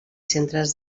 centres